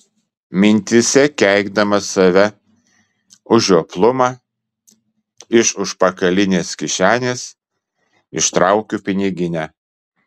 mintyse keikdama save už žioplumą iš užpakalinės kišenės ištraukiu piniginę